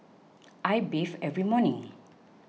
I bathe every morning